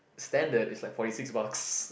standard is like forty six bucks